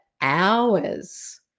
hours